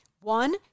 One